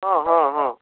ହଁ ହଁ ହଁ